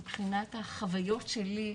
מבחינת החוויות שלי,